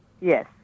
Yes